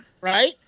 Right